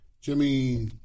Jimmy